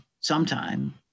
sometime